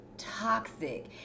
toxic